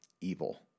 evil